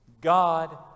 God